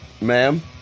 ma'am